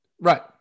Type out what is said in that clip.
Right